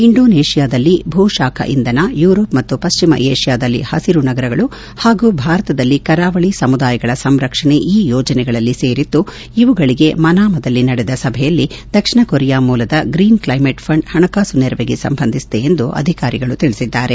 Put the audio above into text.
ಇಂಡೋನೇಷಿಯಾದಲ್ಲಿ ಭೂಶಾಖ ಇಂಧನ ಯೂರೋಪ್ ಮತ್ತು ಪಶ್ಚಿಮ ಏಷ್ಠಾದಲ್ಲಿ ಹಸಿರು ನಗರಗಳು ಪಾಗೂ ಭಾರತದಲ್ಲಿ ಕರಾವಳಿ ಸಮುದಾಯಗಳ ಸಂರಕ್ಷಣೆ ಈ ಯೋಜನೆಗಳಲ್ಲಿ ಸೇರಿದ್ದು ಇವುಗಳಗೆ ಮನಾಮದಲ್ಲಿ ನಡೆದ ಸಭೆಯಲ್ಲಿ ದಕ್ಷಿಣಕೊರಿಯಾ ಮೂಲದ ಗ್ರೀನ್ ಕ್ಷೈಮೇಟ್ ಫಂಡ್ ಹಣಕಾಸು ನೆರವಿಗೆ ಸಂಬಂಧಿಸಿದೆ ಎಂದು ಅಧಿಕಾರಿಗಳು ತಿಳಿಸಿದ್ದಾರೆ